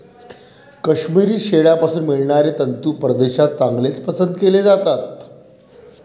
काश्मिरी शेळ्यांपासून मिळणारे तंतू परदेशात चांगलेच पसंत केले जातात